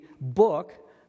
book